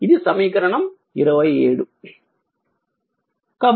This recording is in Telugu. ఇది సమీకరణం 27